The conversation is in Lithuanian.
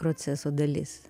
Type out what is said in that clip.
proceso dalis